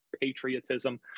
patriotism